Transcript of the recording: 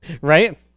Right